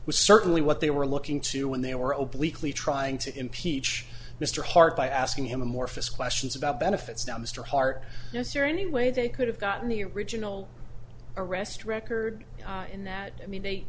was certainly what they were looking to when they were open weakly trying to impeach mr hart by asking him amorphous questions about benefits now mr hart yes here in the way they could have gotten the original arrest record in that i mean they